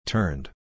Turned